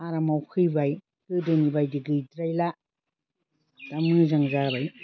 आरामाव फैबाय गोदोनि बायदि गैद्रायला दा मोजां जाबाय